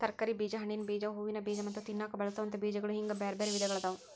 ತರಕಾರಿ ಬೇಜ, ಹಣ್ಣಿನ ಬೇಜ, ಹೂವಿನ ಬೇಜ ಮತ್ತ ತಿನ್ನಾಕ ಬಳಸೋವಂತ ಬೇಜಗಳು ಹಿಂಗ್ ಬ್ಯಾರ್ಬ್ಯಾರೇ ವಿಧಗಳಾದವ